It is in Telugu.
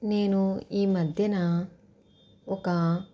నేను ఈ మధ్యన ఒక